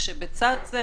כשבצד זה,